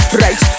right